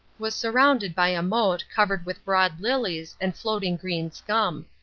was surrounded by a moat covered with broad lilies and floating green scum.